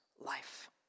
life